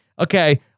okay